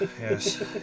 Yes